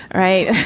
right.